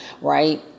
Right